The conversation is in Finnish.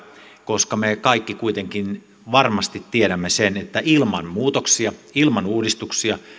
koska me kaikki kuitenkin varmasti tiedämme sen että ilman muutoksia ilman uudistuksia